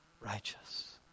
righteous